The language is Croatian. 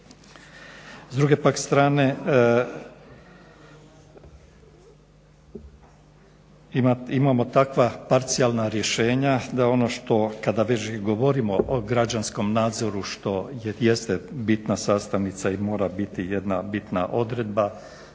S druge pak strane imamo takva parcijalna rješenja, da ono što, kada već govorimo o građanskom nadzoru što jeste bitna sastavnica i mora biti jedna bitna odredba